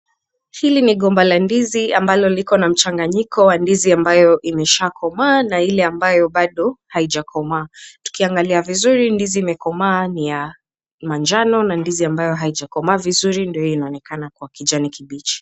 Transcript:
Hili NI gomba la ndizi ambalo kina mchanganyiko wa ndizi ambalo imeshakomaa na Ile ambayo bado haijakomaa, tukiangalia vizuri ndizi imekomaa ni ya manjano na ndizi haijakomaa vizuri ndio inaonekana kuwa kijani kibichi.